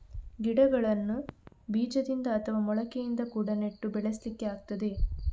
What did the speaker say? ಗಿಡಗಳನ್ನ ಬೀಜದಿಂದ ಅಥವಾ ಮೊಳಕೆಯಿಂದ ಕೂಡಾ ನೆಟ್ಟು ಬೆಳೆಸ್ಲಿಕ್ಕೆ ಆಗ್ತದೆ